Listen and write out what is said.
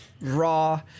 raw